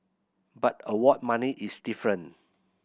but award money is different